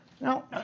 Now